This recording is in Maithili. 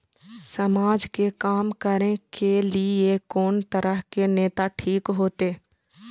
समाज के काम करें के ली ये कोन तरह के नेता ठीक होते?